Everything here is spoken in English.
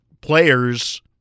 players